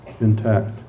intact